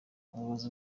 umuyobozi